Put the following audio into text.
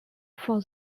for